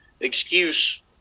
excuse